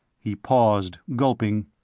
he paused, gulping.